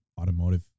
automotive